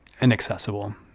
inaccessible